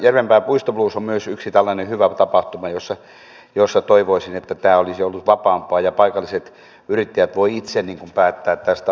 järvenpään puistoblues on myös yksi tällainen hyvä tapahtuma josta toivoisin että tämä olisi ollut vapaampaa ja paikalliset yrittäjät voisivat itse päättää tästä asiasta